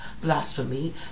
blasphemy